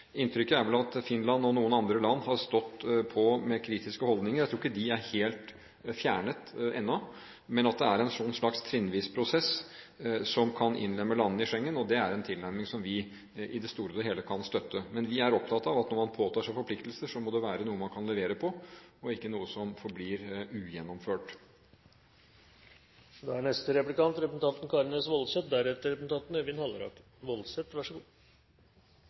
Inntrykket er vel at Finland og noen andre land har stått på med kritiske holdninger. Jeg tror ikke de er helt fjernet ennå. At det er en slags trinnvis prosess som kan innlemme landene i Schengen, er en tilnærming som vi i det store og hele kan støtte. Men vi er opptatt av at når man påtar seg forpliktelser, må det være noe man kan levere på, og ikke noe som forblir ugjennomført. Vi hørte representanten